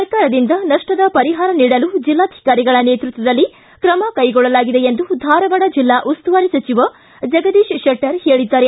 ಸರಕಾರದಿಂದ ನಷ್ಟದ ಪರಿಹಾರ ನೀಡಲು ಜಿಲ್ಲಾಧಿಕಾರಿಗಳ ನೇತ್ಪತ್ವದಲ್ಲಿ ಕ್ರಮ ಕೈಗೊಳ್ಳಲಾಗಿದೆ ಎಂದು ಧಾರವಾಡ ಜಿಲ್ಲಾ ಉಸ್ತುವಾರಿ ಸಚಿವರ ಜಗದೀಶ ಶೆಟ್ಟರ್ ಹೇಳಿದ್ದಾರೆ